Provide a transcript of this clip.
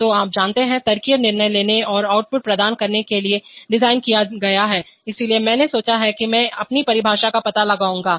तो आप जानते हैं तार्किक निर्णय लेने और आउटपुट प्रदान करने के लिए डिज़ाइन किया गया है इसलिए मैंने सोचा कि मैं अपनी परिभाषा का पता लगाऊंगा